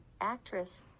actress